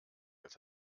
als